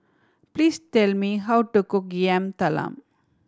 please tell me how to cook Yam Talam